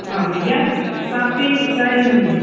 ആ കുടിക്കാൻ കാപ്പി ചായ മതിയായിരിക്കും